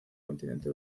continente